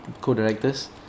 co-directors